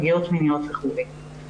פגיעות מיניות וכולי.